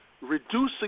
Reducing